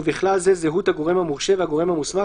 ובכלל זה זהות הגורם המורשה והגורם המוסמך